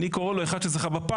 אני קורא לו אחד שזה בפיס,